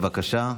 בבקשה,